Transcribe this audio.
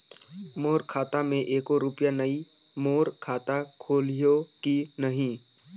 मोर खाता मे एको रुपिया नइ, मोर खाता खोलिहो की नहीं?